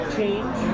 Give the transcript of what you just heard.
change